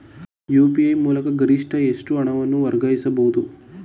UPI ಮೂಲಕ ಗರಿಷ್ಠ ಎಷ್ಟು ಹಣವನ್ನು ವರ್ಗಾಯಿಸಬಹುದು?